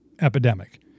epidemic